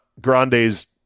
Grande's